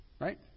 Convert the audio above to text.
Right